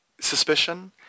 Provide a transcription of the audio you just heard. suspicion